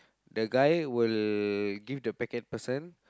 the guy will give the packet person